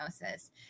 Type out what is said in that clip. diagnosis